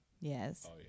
Yes